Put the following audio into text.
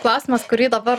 klausimas kurį dabar